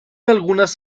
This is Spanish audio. algunas